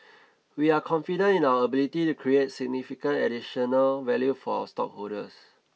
we are confident in our ability to create significant additional value for stockholders